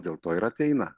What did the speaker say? dėl to ir ateina